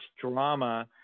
drama